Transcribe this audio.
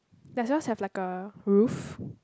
does yours have like a roof